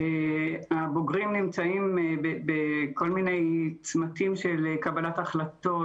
הבוגרים נמצאים בכל מיני צמתים של קבלת החלטות,